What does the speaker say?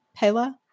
Pela